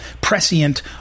prescient